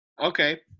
Okay